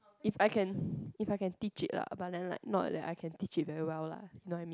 if I can if I can teach it lah but then not like I can teach it very well lah you know what I mean